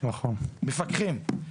מפקחים,